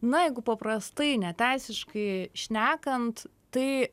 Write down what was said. na jeigu paprastai ne teisiškai šnekant tai